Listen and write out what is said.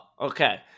okay